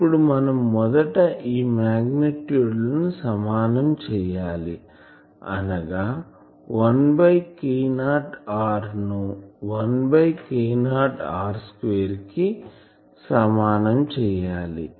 ఇప్పుడు మనం మొదట ఈ మగ్నిట్యూడ్ లని సమానం చేయాలి అనగా 1 K0r ను 1 బై K0r2 కి సమానం చేయాలి